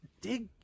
dig